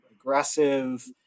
aggressive